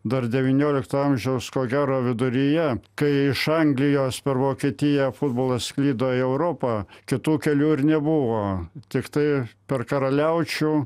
dar devyniolikto amžiaus ko gero viduryje kai iš anglijos per vokietiją futbolas sklido į europą kitų kelių ir nebuvo tiktai per karaliaučių